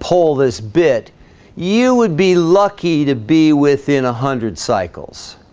pull this bit you would be lucky to be within a hundred cycles